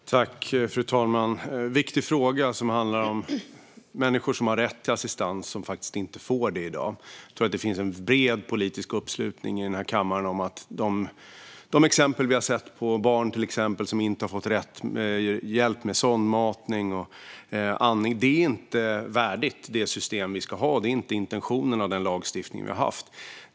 Fru talman! Det är en viktig fråga som handlar om människor som har rätt till assistans men som faktiskt inte får det i dag. Jag tror att det finns en bred politisk uppslutning i den här kammaren om att det inte är värdigt det system som vi ska ha till exempel att barn inte har fått rätt hjälp med sondmatning och andning. Det är inte intentionen med den lagstiftning som vi har haft.